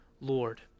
Lord